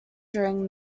during